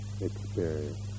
experience